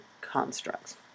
constructs